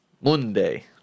Monday